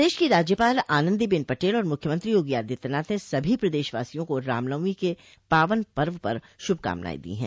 प्रदेश की राज्यपाल आनन्दीबेन पटेल और मुख्यमंत्री योगी आदित्यनाथ ने सभी प्रदेशवासियों को रामनवमी के पावन पर्व पर श्रभकामनाएं दी है